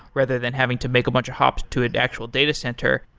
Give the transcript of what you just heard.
rather than having to make a bunch of hops to an actual data center.